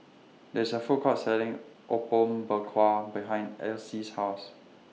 There IS A Food Court Selling Apom Berkuah behind Alcie's House